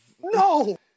no